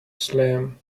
slam